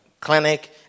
Clinic